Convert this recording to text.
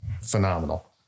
phenomenal